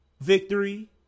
victory